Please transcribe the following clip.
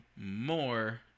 more